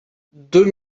deux